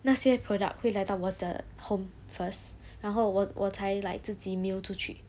那些 product 会来到我的 home first 然后我我才 like 自己 mail 出去